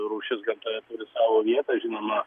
rūšis gamtoje savo vietą žinoma